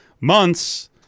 months